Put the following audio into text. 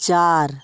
চার